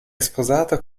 sposato